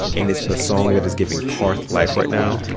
and it's the song that is giving parth life right now.